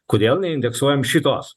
kodėl neindeksuojam šitos